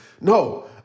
No